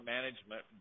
Management